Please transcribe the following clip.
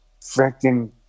freaking